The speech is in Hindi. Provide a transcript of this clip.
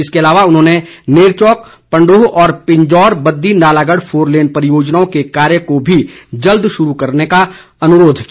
इसके अलावा उन्होंने नेरचौक पंडोह और पिंजौर बद्दी नालागढ़ फोरलेन परियोजनाओं के कार्य को भी जल्द शुरू करवाने का अनुरोध किया